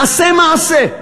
שיעשה מעשה,